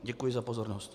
Děkuji za pozornost.